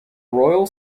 royal